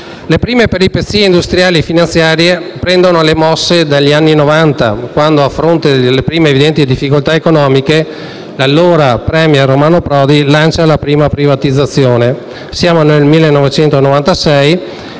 Le prime peripezie industriali e finanziarie prendono le mosse negli anni Novanta, quando, a fronte delle prime, evidenti difficoltà economiche, l'allora *premier* Romano Prodi lancia la prima privatizzazione. Siamo nel 1996